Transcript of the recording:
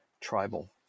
tribal